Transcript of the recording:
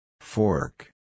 Fork